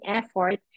effort